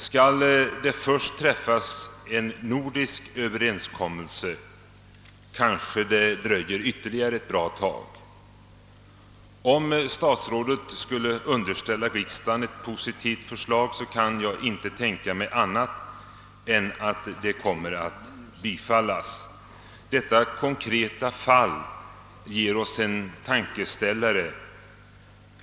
Skall det först träffas en nordisk överenskommelse, kan det dröja ytterligare ett bra tag. Om statsrådet skulle underställa riksdagen ett positivt förslag, kan jag inte tänka mig annat än att det kommer att bifallas. Detta konkreta fall ger oss alla en tankeställare.